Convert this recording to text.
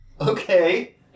Okay